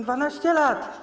12 lat.